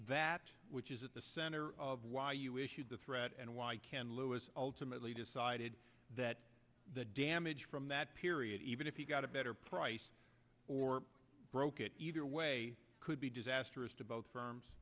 that which is at the center of why you issued the threat and why can lewis ultimately decided that the damage from that period even if he got a better price or broke it either way could be disastrous to both